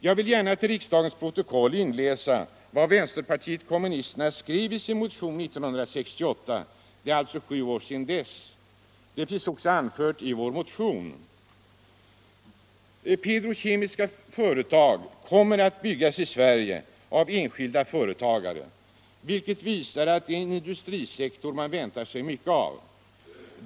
Jag vill gärna till riksdagens protokoll inläsa vad vänsterpartiet kommunisterna skrev i sin motion år 1968 — det är alltså sju år sedan dess. Det finns också anfört i vår motion 1975/76:2157: ”Petrokemiska företag kommer att byggas i Sverige av enskilda företagare, vilket visar att det är en industrisektor man väntar sig mycket av.